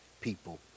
people